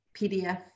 PDF